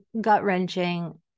gut-wrenching